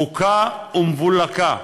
בוקה ומבולקה,